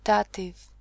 Dative